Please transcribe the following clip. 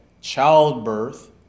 childbirth